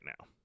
now